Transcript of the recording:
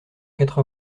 quatre